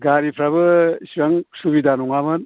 गारिफ्राबो इसेबां सुबिदा नङामोन